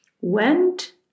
Went